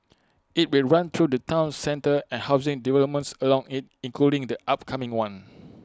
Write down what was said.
IT will run through the Town centre and housing developments along IT including the upcoming one